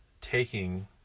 taking